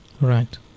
Right